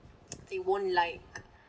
they won't like